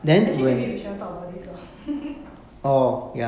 actually maybe we shouldn't talk about this hor